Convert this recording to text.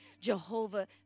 Jehovah